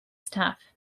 staff